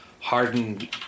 hardened